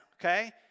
okay